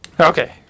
Okay